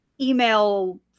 email